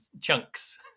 chunks